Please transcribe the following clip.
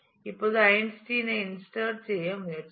இப்போது ஐன்ஸ்டீனைச் இன்சட் செய்ய முயற்சிப்போம்